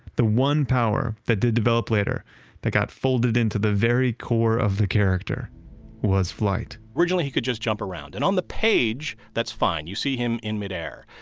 the one power that did develop later that got folded into the very core of the character was flight originally he could just jump around. and on the page, that's fine, you see him in midair,